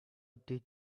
did